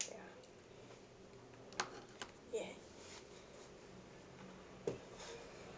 ya yeah